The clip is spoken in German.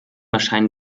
erscheinen